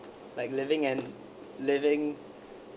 like living an living